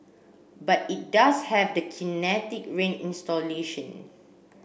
but it does have the Kinetic Rain installation